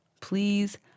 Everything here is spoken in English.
Please